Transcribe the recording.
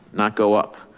not go up.